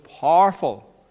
powerful